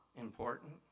important